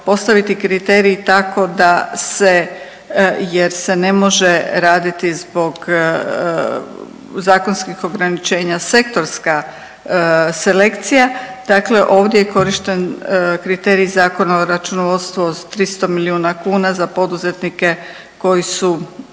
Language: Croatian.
postaviti kriterij tako da se, jer se ne može raditi zbog zakonskih ograničenja sektorska selekcija, dakle ovdje je korišten kriterij Zakona o računovodstvu od 300 milijuna kuna za poduzetnike koji su,